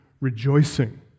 rejoicing